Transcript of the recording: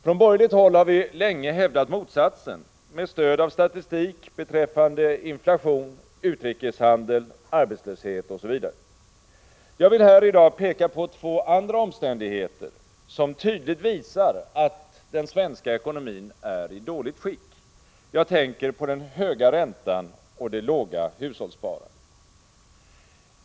Från borgerligt håll har vi länge hävdat motsatsen med stöd av statistik beträffande inflation, utrikeshandel, arbetslöshet osv. Jag vill här i dag peka på två andra omständigheter, som tydligt visar att den svenska ekonomin är i dåligt skick. Jag tänker på den höga räntan och det låga hushållssparandet.